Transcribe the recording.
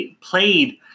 played